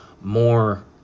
more